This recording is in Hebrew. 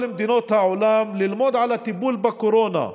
מדינות העולם ללמוד על הטיפול בקורונה,